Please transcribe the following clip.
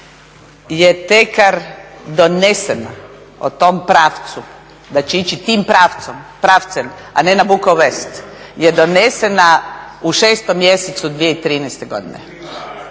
donesena o tom pravcu, da će ići tim pravcem a ne na Bukov west je donesena u 6 mjesecu 2013. godine.